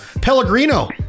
pellegrino